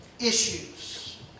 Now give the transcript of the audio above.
issues